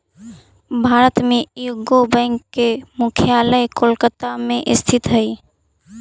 भारत में UCO bank के मुख्यालय कोलकाता में स्थित हइ